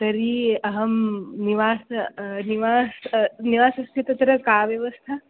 तर्हि अहं निवास निवास निवासस्य तत्र का व्यवस्था